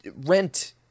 rent